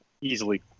easily